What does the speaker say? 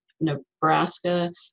Nebraska